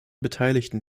beteiligten